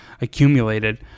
accumulated